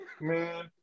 man